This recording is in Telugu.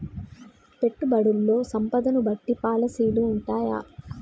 పెట్టుబడుల్లో సంపదను బట్టి పాలసీలు ఉంటయా?